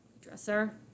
Dresser